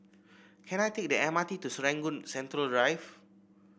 can I take the M R T to Serangoon Central Drive